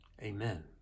Amen